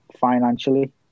financially